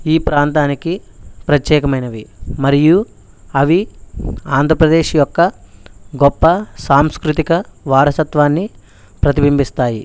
ఈ ప్రాంతానికి ప్రత్యేకమైనవి మరియు అవి ఆంధ్రప్రదేశ్ యొక్క గొప్ప సాంస్కృతిక వారసత్వాన్ని ప్రతిబింబిస్తాయి